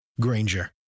Granger